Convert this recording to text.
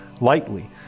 lightly